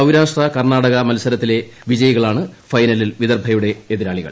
സൌരാഷ്ട്ര കർണ്ണാടക മത്സരത്തിലെ വിജയികളാണ് ഫൈനലിൽ വിദർഭയുടെ എതിരാളികൾ